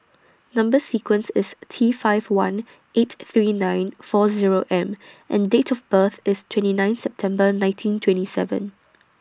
Number sequence IS T five one eight three nine four Zero M and Date of birth IS twenty nine September nineteen twenty seven